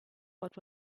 what